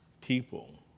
people